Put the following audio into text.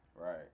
Right